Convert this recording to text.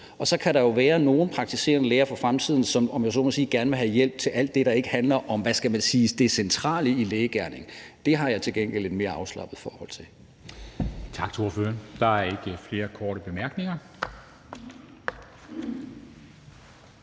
Og så kan der jo være nogle praktiserende læger i fremtiden, som gerne vil have hjælp til alt det, der ikke handler om, hvad skal man sige, det centrale i lægegerningen. Det har jeg til gengæld et mere afslappet forhold til.